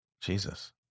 Jesus